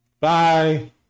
Bye